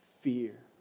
fear